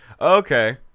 Okay